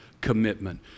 commitment